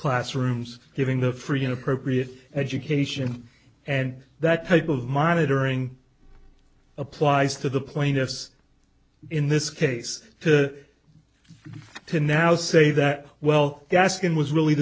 classrooms giving the free an appropriate education and that type of monitoring applies to the plaintiffs in this case to now say that well the asking was really